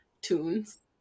tunes